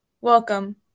Welcome